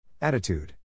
Attitude